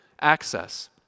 access